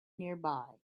nearby